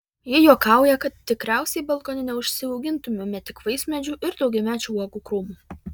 ji juokauja kad tikriausiai balkone neužsiaugintumėme tik vaismedžių ir daugiamečių uogų krūmų